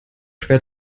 schwer